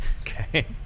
Okay